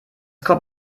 kommt